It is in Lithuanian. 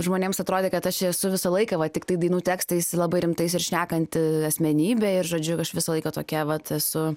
žmonėms atrodė kad aš čia esu visą laiką va tiktai dainų tekstais labai rimtais ir šnekanti asmenybė ir žodžiu aš visą laiką tokia vat esu